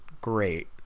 great